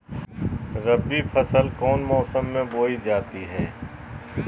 रबी फसल कौन मौसम में बोई जाती है?